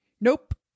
Nope